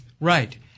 Right